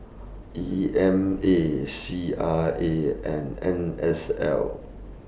E M A C R A and N S L